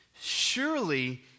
Surely